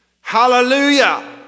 Hallelujah